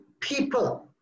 people